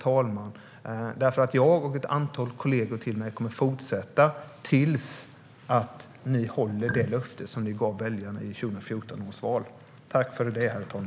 Jag och ett antal av mina kollegor kommer nämligen att fortsätta tills man har uppfyllt det löfte som man gav väljarna i valet 2014.